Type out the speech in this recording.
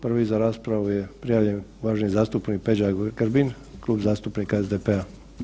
Prvi za raspravu je prijavljen uvaženi zastupnik Peđa Grbin, Klub zastupnika SDP-a.